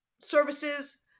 services